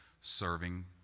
serving